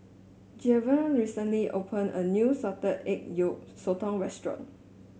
Jayvion recently opened a new Salted Egg Yolk Sotong restaurant